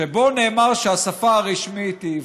שבו נאמר שהשפה הרשמית היא עברית,